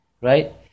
Right